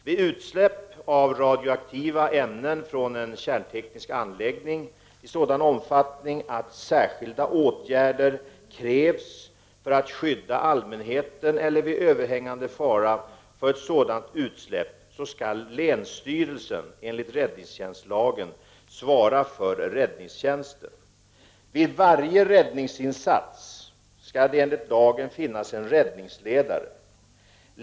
Vid utsläpp av radioaktiva ämnen från en kärnteknisk anläggning i sådan omfattning att särskilda åtgärder krävs för att skydda allmänheten eller vid överhängande fara för ett sådant utsläpp skall länsstyrelsen enligt räddningstjänstlagen svara för räddningstjänsten. Vid varje räddningsinsats skall det enligt lagen finnas en räddningsledare.